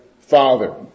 Father